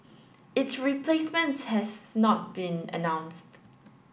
its replacement has not been announced